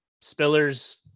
Spiller's